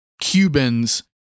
Cubans